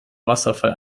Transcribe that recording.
wasserfall